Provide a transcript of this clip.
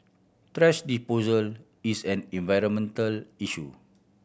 thrash disposal is an environmental issue